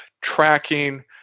tracking